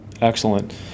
Excellent